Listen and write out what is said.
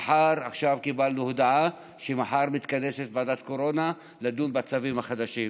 עכשיו קיבלנו הודעה שמחר מתכנסת ועדת קורונה לדון בצווים החדשים,